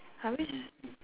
are we s~